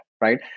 right